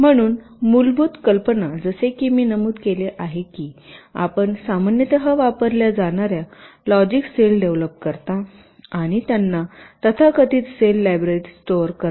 म्हणून मूलभूत कल्पना जसे की मी नमूद केले आहे की आपण सामान्यतः वापरल्या जाणार्या लॉजिक सेल डेव्हलोप करता आणि त्यांना तथाकथित सेल लायब्ररीत स्टोर करता